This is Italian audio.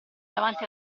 davanti